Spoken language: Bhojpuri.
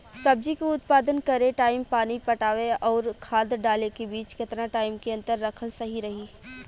सब्जी के उत्पादन करे टाइम पानी पटावे आउर खाद डाले के बीच केतना टाइम के अंतर रखल सही रही?